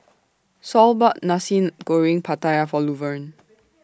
Saul bought Nasi Goreng Pattaya For Luverne